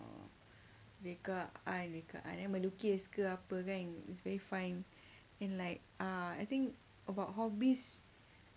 makeup eye makeup lukis ke apa kan it's very fun and like uh I think about hobbies